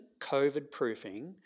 COVID-proofing